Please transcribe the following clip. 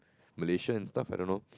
Malaysia and stuff I don't know